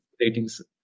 Ratings